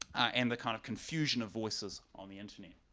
and the kind of confusion of voices on the internet